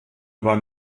über